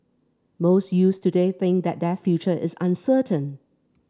most youths today think that their future is uncertain